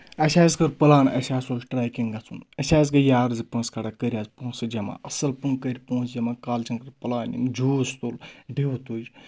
اَسہِ حظ کٔر پلان اَسہِ حظ اوس ٹٕریٚکِنگ گژھُن أسۍ حظ گٔے یار زِ پونٛسہٕ کَڑا کٔر حظ پونسہٕ جمع اَصٕل پٲٹھۍ کٔر پونسہٕ جمع کالچَن کٔر پٕلانِنٛگ جوٗس تُل ڈِو تُج